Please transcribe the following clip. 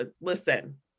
listen